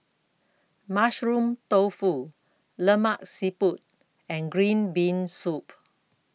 Mushroom Tofu Lemak Siput and Green Bean Soup